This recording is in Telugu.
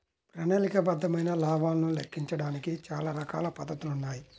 ప్రణాళికాబద్ధమైన లాభాలను లెక్కించడానికి చానా రకాల పద్ధతులున్నాయి